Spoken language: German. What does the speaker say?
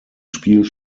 spielt